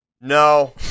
No